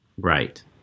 Right